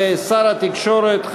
ושר התקשורת,